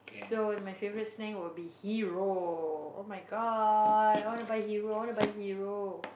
so my favourite snack will be hero oh-my-god I want to buy hero I want to buy hero